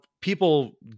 people